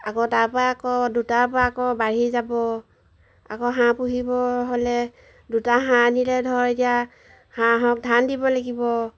আকৌ তাৰপা আকৌ দুটাৰ পৰা আকৌ বাঢ়ি যাব আকৌ হাঁহ পুহিব হ'লে দুটা হাঁহ আনিলে ধৰ এতিয়া হাঁহক ধান দিব লাগিব